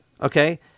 Okay